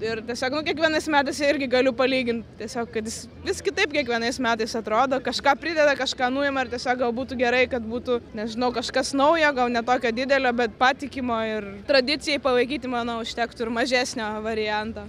ir tiesiog nu kiekvienais metais irgi galiu palygint tiesiog kad jis vis kitaip kiekvienais metais atrodo kažką prideda kažką nuima ar tiesiog gal būtų gerai kad būtų nežinau kažkas naujo gal ne tokio didelio bet patikimo ir tradicijai palaikyti manau užtektų ir mažesnio varianto